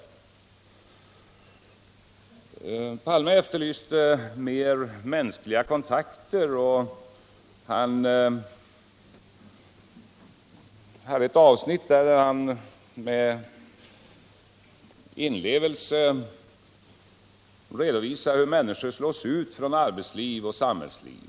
Olof Palme efterlyste också bättre mänskliga kontakter, och i ett avsnitt av sitt anförande redovisade han med inlevelse hur människor slås ut från arbetsliv och samhällsliv.